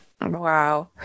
Wow